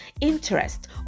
interest